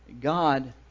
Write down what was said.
God